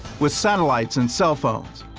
with satellites and cell phones,